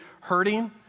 hurting